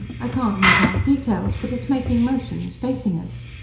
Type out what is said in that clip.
i can't make out details, but it is making motions, facing us.